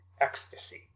ecstasy